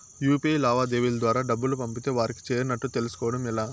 UPI లావాదేవీల ద్వారా డబ్బులు పంపితే వారికి చేరినట్టు తెలుస్కోవడం ఎలా?